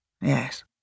Yes